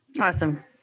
Awesome